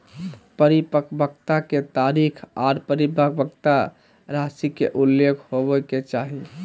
परिपक्वता के तारीख आर परिपक्वता राशि के उल्लेख होबय के चाही